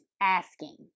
asking